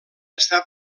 està